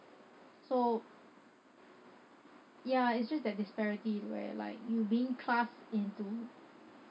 so ya it's just that disparity where like you being classed into